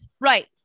Right